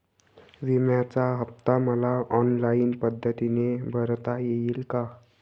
विम्याचा हफ्ता मला ऑनलाईन पद्धतीने भरता येईल का?